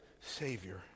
Savior